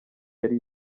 yari